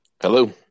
Hello